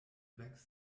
wächst